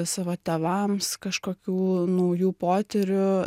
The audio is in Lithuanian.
savo tėvams kažkokių naujų potyrių